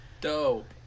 dope